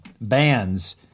bands